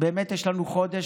באמת יש לנו חודש,